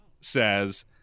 says